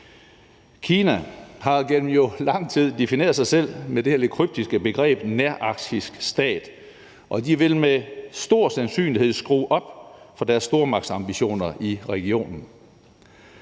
Kina har jo gennem lang tid defineret sig selv med det her lidt kryptiske begreb nærarktisk stat, og de vil med stor sandsynlighed skrue op for deres stormagtsambitioner i regionen.